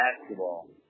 basketball